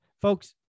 folks